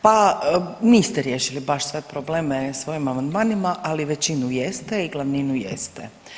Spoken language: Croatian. Pa niste riješili baš sve probleme svojim amandmanima, ali većinu jeste i glavninu jeste.